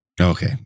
Okay